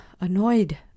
annoyed